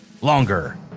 longer